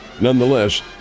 nonetheless